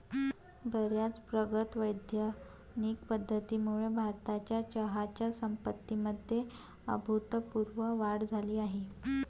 बर्याच प्रगत वैज्ञानिक पद्धतींमुळे भारताच्या चहाच्या संपत्तीमध्ये अभूतपूर्व वाढ झाली आहे